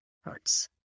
hurts